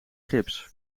gips